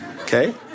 Okay